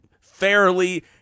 fairly